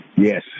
Yes